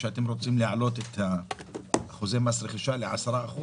שאתם רוצים להעלות את אחוזי מס הרכישה ל-10%,